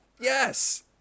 Yes